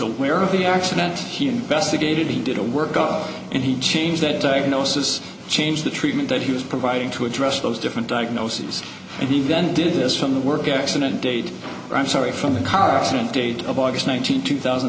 aware of the accident he investigated he did a work up and he changed that diagnosis changed the treatment that he was providing to address those different diagnoses and he then did this from the work accident date i'm sorry from the current date of august nineteenth two thousand